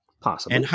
Possible